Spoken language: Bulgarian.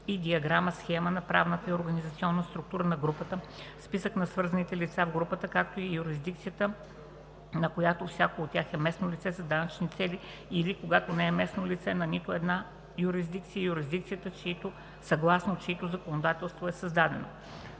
и диаграма/схема на правната и организационната структура на групата, списък на свързаните лица в групата, както и юрисдикцията, на която всяко от тях е местно лице за данъчни цели, или, когато не е местно лице на нито една юрисдикция, юрисдикцията, съгласно чието законодателство е създадено;